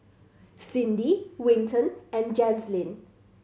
Cindy Winton and Jazlynn